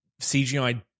cgi